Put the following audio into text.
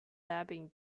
labine